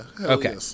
Okay